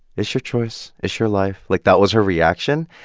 it's your choice. it's your life. like, that was her reaction.